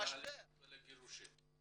לאלימות ולגירושין.